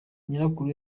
nyirakuru